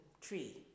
tree